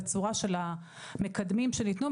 במקדמים שניתנו,